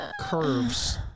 curves